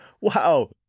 wow